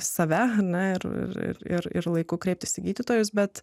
save na ir ir ir ir laiku kreiptis į gydytojus bet